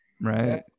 Right